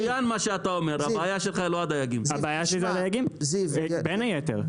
הבעיה שלי היא גם הדייגים, בין היתר.